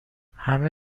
همه